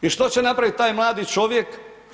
I što će napraviti taj mladi čovjek?